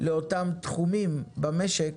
לאותם תחומים במשק